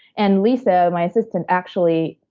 and lisa, my assistant, actually,